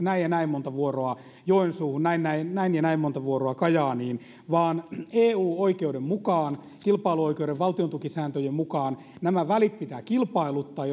näin ja näin monta vuoroa joensuuhun näin ja näin monta vuoroa kajaaniin vaan eu oikeuden mukaan kilpailuoikeuden valtiontukisääntöjen mukaan nämä välit pitää kilpailuttaa